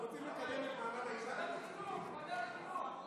רוצים לקדם את מעמד האישה, ועדת החינוך.